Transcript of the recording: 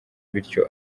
bityo